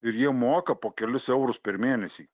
ir jie moka po kelis eurus per mėnesį